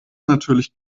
natürlich